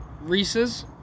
Reese's